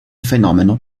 fenomeno